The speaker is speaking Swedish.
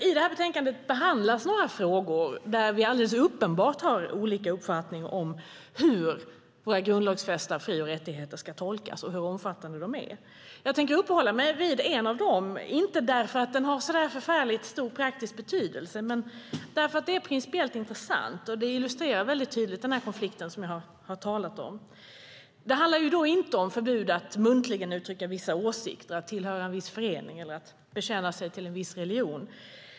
I betänkandet behandlas några frågor där vi alldeles uppenbart har olika uppfattning om hur våra grundlagsfästa fri och rättigheter ska tolkas och om hur omfattande de är. Jag tänker uppehålla mig vid en av dem, men inte därför att den har så förfärligt stor praktisk betydelse utan därför att den är principiellt intressant och väldigt tydligt illustrerar den konflikt som jag talat om. Det handlar inte om förbud mot att muntligen uttrycka vissa åsikter, att tillhöra en viss förening eller att bekänna sig till en viss religion.